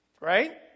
Right